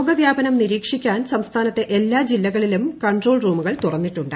രോഗവ്യാപനം നിരീക്ഷിക്കാൻ സംസ്ഥാനത്തെ എല്ലാ ജില്ലകളിലും കൺട്രോൾ റൂമുകൾ തുറന്നിട്ടുണ്ട്